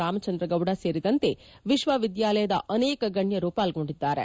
ರಾಮಚಂದ್ರಗೌಡ ಸೇರಿದಂತೆ ವಿಶ್ವವಿದ್ಯಾಲಯದ ಅನೇಕ ಗಣ್ಯರು ಪಾಲ್ಗೊಂಡಿದ್ದಾರೆ